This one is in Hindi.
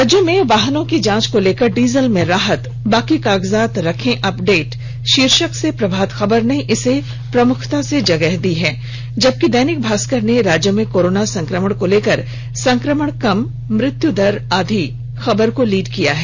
राज्य में वाहनों की जांच को लेकर डीएल में राहत बाकी कागजात रखें अपडेट शीर्षक से प्रभात खबर ने इसे प्रमुखता से जगह दी है जबकि दैनिक भास्कर ने राज्य में कोरोना संक्रमण को लेकर संक्रमण कम मृत्यु दर आधी खबर को लीड बनाया है